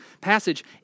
passage